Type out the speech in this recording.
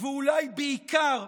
ואולי בעיקר,